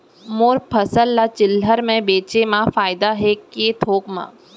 मोर फसल ल चिल्हर में बेचे म फायदा है के थोक म?